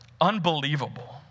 unbelievable